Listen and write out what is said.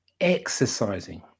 exercising